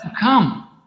come